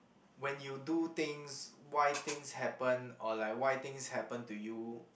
when you do things why things happen or like why things happen to you